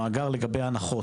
למאגר לגבי הנחות.